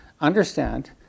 Understand